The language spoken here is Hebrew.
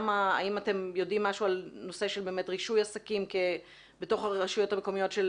האם אתם יודעים משהו בנושא של רישוי עסקים בתוך הרשויות המקומיות של